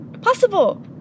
possible